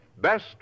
Best